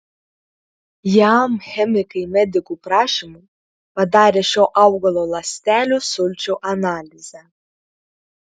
jam chemikai medikų prašymu padarė šio augalo ląstelių sulčių analizę